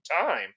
time